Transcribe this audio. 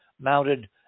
mounted